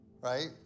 right